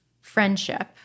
Friendship